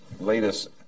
latest